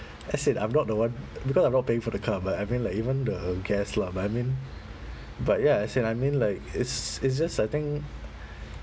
as in I'm not the one because I'm not paying for the car but I mean like even the gas lah but I mean but ya as in I mean like is is just I think